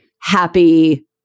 happy